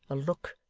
a look,